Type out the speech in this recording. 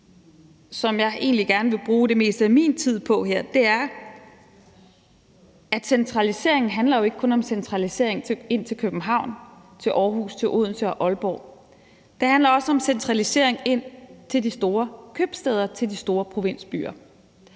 som jeg egentlig gerne vil bruge det meste af min tid på her, er, at centralisering jo ikke kun handler om centralisering ind til København, til Aarhus, til Odense og til Aalborg. Det handler også om centralisering ind til de store købstæder og til de store provinsbyer.